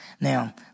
Now